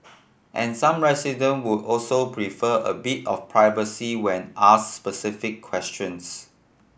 and some resident would also prefer a bit of privacy when ask specific questions